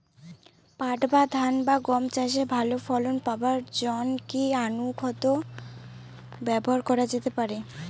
পাট বা ধান বা গম চাষে ভালো ফলন পাবার জন কি অনুখাদ্য ব্যবহার করা যেতে পারে?